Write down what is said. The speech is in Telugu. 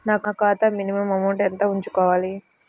నా ఖాతా మినిమం అమౌంట్ ఎంత ఉంచుకోవాలి?